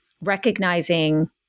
recognizing